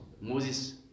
Moses